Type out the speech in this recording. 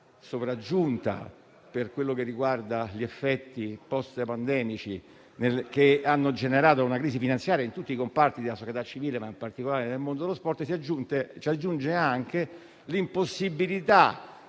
difficoltà sopravvenuta per gli effetti post-pandemici, che hanno generato una crisi finanziaria in tutti i comparti della società civile, in particolare nel mondo dello sport, si aggiunge l'impossibilità